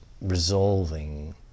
resolving